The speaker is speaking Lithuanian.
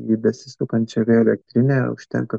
į besisukančią vėjo elektrinę užtenka